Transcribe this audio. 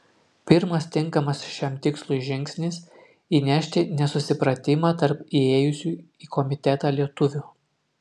pirmas tinkamas šiam tikslui žingsnis įnešti nesusipratimą tarp įėjusių į komitetą lietuvių